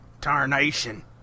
Tarnation